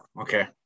Okay